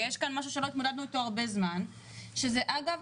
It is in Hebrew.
אגב,